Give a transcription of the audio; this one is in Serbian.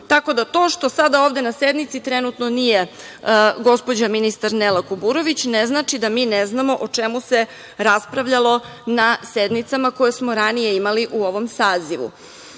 da to što sada ovde na sednici trenutno nije gospođa ministar Nela Kuburović, ne znači da mi ne znamo o čemu se raspravljalo na sednicama koje smo ranije imali u ovom sazivu. Što